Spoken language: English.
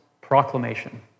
proclamation